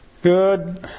Good